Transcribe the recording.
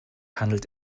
handelt